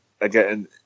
again